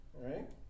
right